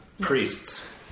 priests